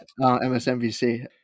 msnbc